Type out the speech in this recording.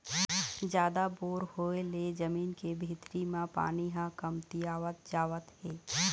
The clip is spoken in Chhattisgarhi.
जादा बोर होय ले जमीन के भीतरी म पानी ह कमतियावत जावत हे